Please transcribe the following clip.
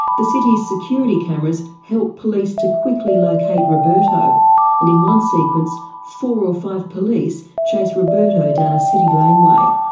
the city's security cameras helped police to quickly locate roberto and in one sequence four or five police chase roberto down a city laneway.